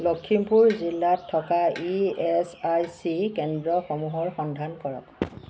লখিমপুৰ জিলাত থকা ইএচআইচি কেন্দ্ৰসমূহৰ সন্ধান কৰক